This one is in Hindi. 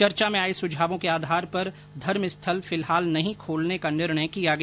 चर्चा में आये सुझावों के आधार पर धर्मस्थल फिलहाल नहीं खोलने का निर्णय किया गया